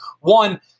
One